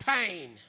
pain